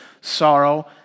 sorrow